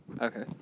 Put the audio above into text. Okay